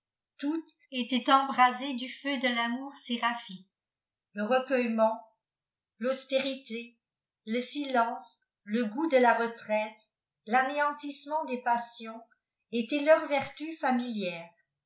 toutes étaient embrasées du feu de tamour sérapbique le recueillement tanstérité le silence le goût de ïa retraite l'anéantissenient des passions étaient leurs vertus fàrailièreè